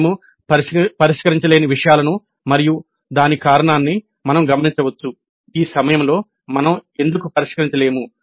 మేము పరిష్కరించలేని విషయాలను మరియు దాని కారణాన్ని మనం గమనించవచ్చు ఈ సమయంలో మనం ఎందుకు పరిష్కరించలేము